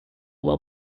while